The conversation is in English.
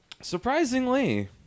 Surprisingly